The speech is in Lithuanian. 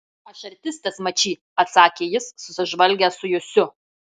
aš artistas mačy atsakė jis susižvalgęs su jusiu